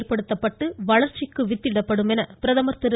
ஏற்படுத்தப்பட்டு வளர்ச்சிக்கு வித்திடப்படும் என பிரதமர் திரு